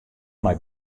mei